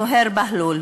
סתה דאיעה.